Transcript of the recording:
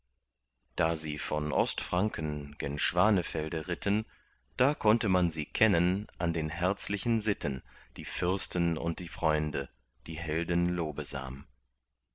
da sie von ostfranken gen schwanefelde ritten da konnte man sie kennen an den herzlichen sitten die fürsten und die freunde die helden lobesam